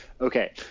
Okay